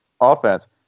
offense